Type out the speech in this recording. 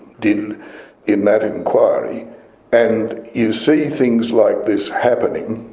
did in that inquiry and you see things like this happening,